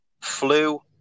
flew